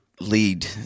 lead